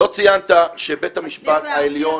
לא ציינת שבית המשפט העליון